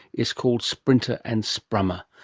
is called sprinter and sprummer